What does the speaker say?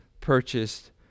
purchased